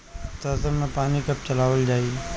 सरसो में पानी कब चलावल जाई?